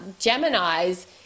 Geminis